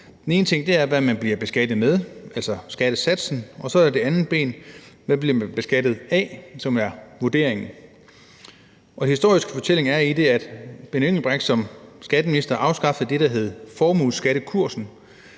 Det ene er, hvad man bliver beskattet med, altså skattesatsen, og så er der det andet, nemlig hvad man bliver beskattet af, som er vurderingen. Den historiske fortælling i det er, at Benny Engelbrecht som skatteminister afskaffede det, der hed formueskattekursen.